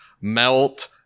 melt